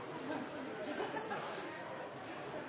hans